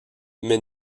mais